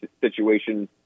situation